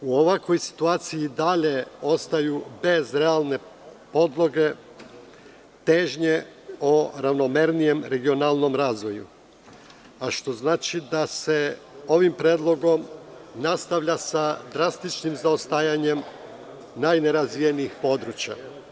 U ovakvoj situaciji i dalje ostaju bez realne podloge težnje o ravnomernijem regionalnom razvoju, što znači da se ovim predlogom nastavlja sa drastičnim zaostajanjem najnerazvijenih područja.